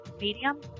Medium